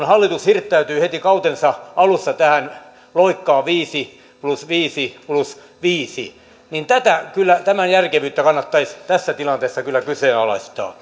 hallitus hirttäytyy heti kautensa alussa tähän loikkaan viisi plus viisi plus viisi niin tämän järkevyyttä kannattaisi tässä tilanteessa kyllä kyseenalaistaa